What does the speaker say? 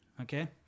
Okay